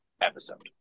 episode